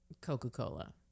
Coca-Cola